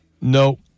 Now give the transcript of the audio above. No